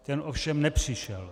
Ten ovšem nepřišel.